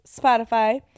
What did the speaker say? Spotify